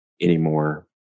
anymore